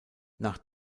nach